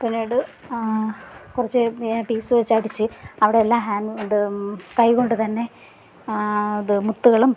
പിന്നീട് കുറച്ച് പീസ് വെച്ച് അടിച്ച് അവിടെയെല്ലാം ഹാൻഡ് ഇത് കൈകൊണ്ട് തന്നെ ഇത് മുത്തുകളും